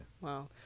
Wow